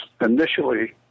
initially